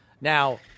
Now